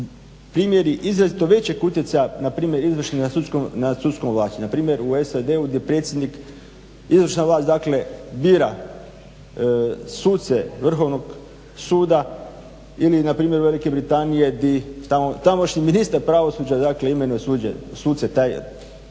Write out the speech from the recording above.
primjeri izrazito većeg utjecaja npr. izvršne nad sudskom vlasti, npr. u SAD-u gdje predsjednik, izvršna vlast dakle bira suce Vrhovnog suda ili npr. Velike Britanije gdje tamošnji ministar pravosuđa imenuje suce.